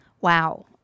Wow